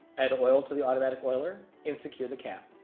add oil to the automatic oiler, and secure the cap.